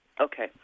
Okay